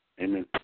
Amen